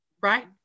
right